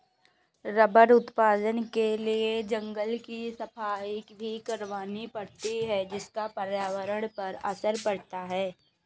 rubber उत्पादन के लिए जंगल की सफाई भी करवानी पड़ती है जिसका पर्यावरण पर असर पड़ता है